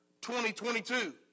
2022